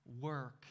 work